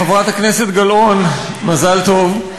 חברת הכנסת גלאון, מזל טוב.